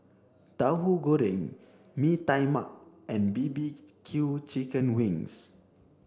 Tauhu Goreng Mee Tai Mak and B B Q chicken wings